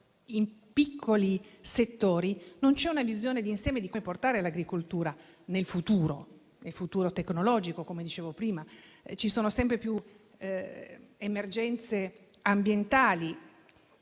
in piccoli settori, non c'è una visione d'insieme di come portare l'agricoltura nel futuro tecnologico, come dicevo prima. Ci sono sempre più emergenze ambientali